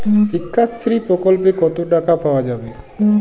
শিক্ষাশ্রী প্রকল্পে কতো টাকা পাওয়া যাবে?